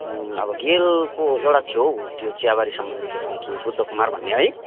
अब गेलको एउटा थियो हौ त्यो चियाबारी सम्बन्धी लेख्ने के बुद्ध कुमार भन्ने है